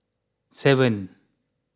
seven